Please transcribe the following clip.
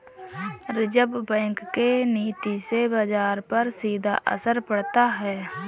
reserve bank के नीति से बाजार पर सीधा असर पड़ता है